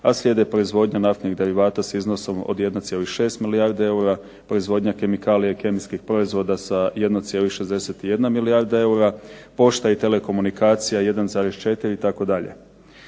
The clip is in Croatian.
a slijede proizvodnja naftnih derivata s iznosom od 1,6 milijarde eura, proizvodnja kemikalije i kemijskih proizvoda sa 1,61 milijarda eura, pošta i telekomunikacija 1,4 itd.